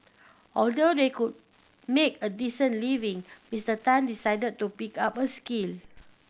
although they could make a decent living Mister Tan decided to pick up a skill